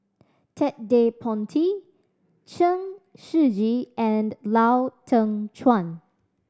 Ted De Ponti Chen Shiji and Lau Teng Chuan